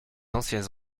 anciens